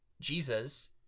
Jesus